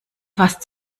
fast